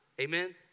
Amen